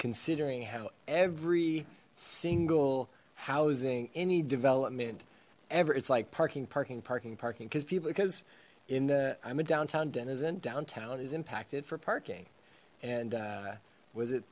considering how every single housing any development ever it's like parking parking parking parking because people because in the i'm a downtown denizen downtown is impacted for parking and was it